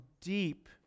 deep